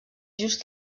just